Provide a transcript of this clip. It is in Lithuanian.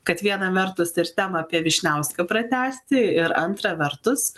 kad viena vertus ir temą apie vyšniauską pratęsti ir antra vertus